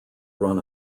run